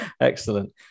Excellent